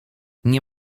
nie